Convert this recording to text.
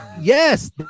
yes